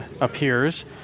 appears